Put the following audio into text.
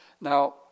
Now